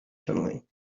tunneling